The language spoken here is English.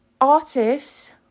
Artists